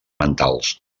mentals